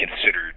considered